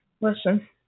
Listen